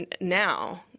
now